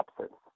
absence